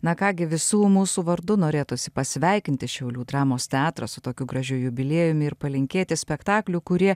na ką gi visų mūsų vardu norėtųsi pasveikinti šiaulių dramos teatrą su tokiu gražiu jubiliejumi ir palinkėti spektaklių kurie